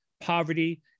poverty